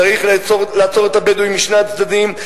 צריך לעצור את הבדואים משני הצדדים.